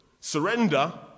surrender